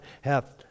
hath